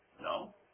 No